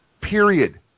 Period